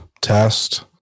Test